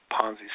Ponzi